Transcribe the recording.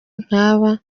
nkaba